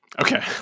Okay